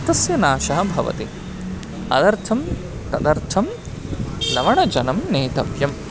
तस्य नाशः भवति तदर्थं तदर्थं लवणजलं नेतव्यम्